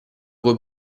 coi